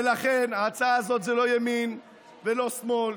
ולכן ההצעה הזאת זה לא ימין ולא שמאל,